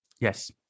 Yes